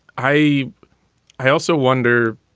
i i also wonder.